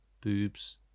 boobs